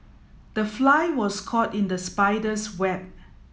the fly was caught in the spider's web